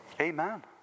Amen